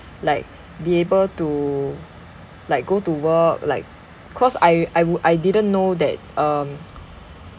like be able to like go to work like cause I I wou~ I didn't know that um